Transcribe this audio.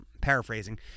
Paraphrasing